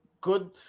Good